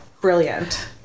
brilliant